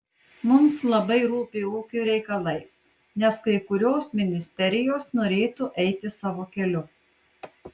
mums labai rūpi ūkio reikalai nes kai kurios ministerijos norėtų eiti savo keliu